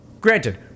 Granted